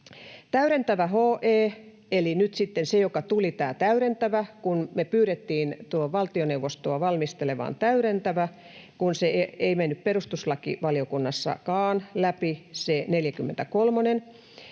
”Täydentävä HE” — eli nyt sitten tämä täydentävä, joka tuli, kun me pyydettiin valtioneuvostoa valmistelemaan täydentävä, kun se HE 43 ei mennyt perustuslakivaliokunnassakaan läpi — ”on